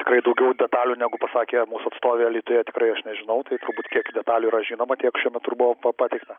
tikrai daugiau detalių negu pasakė mūsų atstovė alytuje tikrai aš nežinau tai turbūt kiek detalių yra žinoma tiek šiuo metu ir buvo pateikta